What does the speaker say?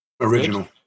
original